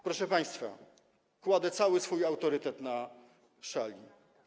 Proszę państwa, kładę cały swój autorytet na szali.